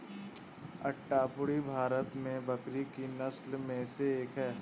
अट्टापडी भारत में बकरी की नस्लों में से एक है